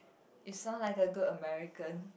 you sound like a good American